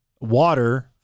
water